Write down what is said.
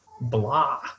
blah